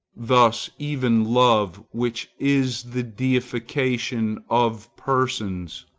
thus even love, which is the deification of persons,